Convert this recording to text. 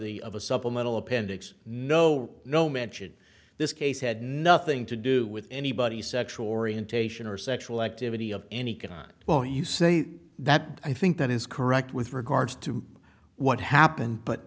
of a supplemental appendix no no mention this case had nothing to do with anybody sexual orientation or sexual activity of any cannot well you say that i think that is correct with regards to what happened but